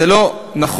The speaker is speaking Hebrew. זה לא נכון.